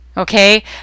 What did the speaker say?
Okay